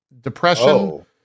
depression